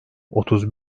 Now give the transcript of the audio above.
otuz